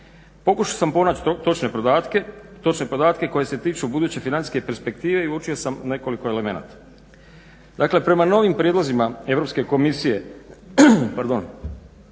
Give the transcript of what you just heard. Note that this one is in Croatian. Pokušao sam pronaći točne podatke koji se tiču buduće financijske perspektive i uočio sam nekoliko elemenata. Dakle, prema novim prijedlozima Europske komisije za